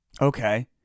Okay